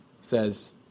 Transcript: says